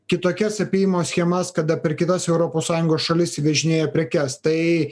kitokias apėjimo schemas kada per kitas europos sąjungos šalis įvežinėja prekes tai